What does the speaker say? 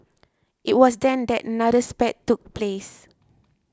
it was then that another spat took place